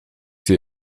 sie